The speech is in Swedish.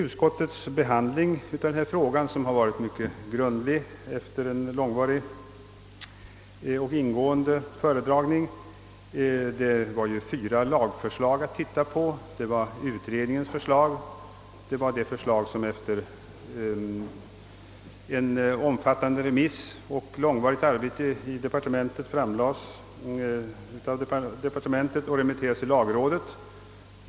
Utskottets behandling av denna fråga har varit mycket grundlig. Det förelåg fyra lagförslag: utredningens förslag och det förslag som efter en omfattande remiss och långvarigt arbete i departementet lades fram och därefter remitterades till lagrådet.